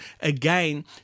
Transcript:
again